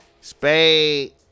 Spade